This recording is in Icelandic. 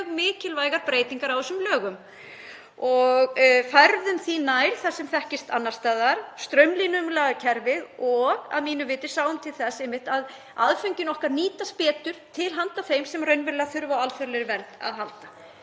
mikilvægar breytingar á þessum lögum og færðum kerfið nær því sem þekkist annars staðar, straumlínulöguðum kerfið og að mínu viti sáum til þess að aðföngin okkar nýtast betur til handa þeim sem raunverulega þurfa á alþjóðlegri vernd að halda.